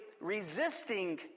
resisting